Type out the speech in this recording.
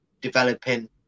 developing